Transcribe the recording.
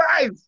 guys